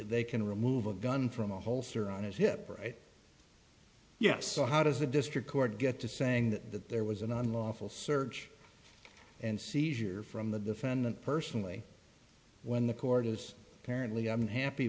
they can remove a gun from the holster on his hip right yes so how does the district court get to saying that there was an unlawful search and seizure from the defendant personally when the court is apparently i'm happy